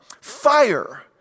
fire